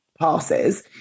passes